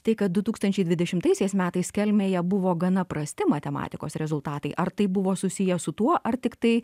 tai kad du tūkstančiai dvidešimtaisiais metais kelmėje buvo gana prasti matematikos rezultatai ar tai buvo susiję su tuo ar tiktai